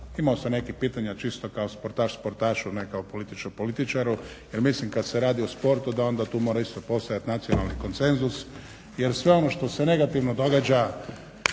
imao sam nekih pitanja, čisto kao sportaš sportašu, ne kako političar političaru. Jer mislim kad se radi o sportu da onda tu mora isto postojati nacionalni konsenzus jer sve ono što se negativno događa